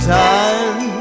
time